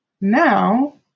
now